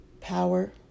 power